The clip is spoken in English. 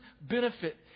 benefit